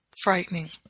frightening